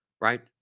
Right